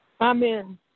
Amen